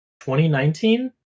2019